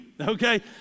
Okay